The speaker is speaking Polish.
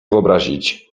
wyobrazić